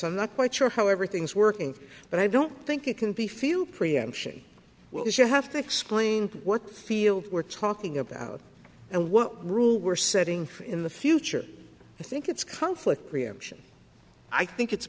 i'm not quite sure how everything's working but i don't think it can be feel preemption well if you have to explain what field we're talking about and what rules were setting in the future i think it's conflict preemption i think it's